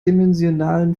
dimensionalen